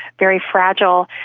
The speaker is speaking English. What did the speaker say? very fragile,